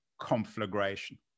conflagration